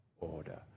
order